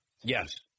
Yes